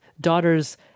daughters